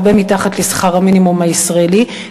הרבה מתחת לשכר המינימום הישראלי,